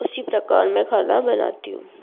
उसी प्रकार मैं खाना बनाती हूँ